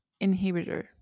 inhibitor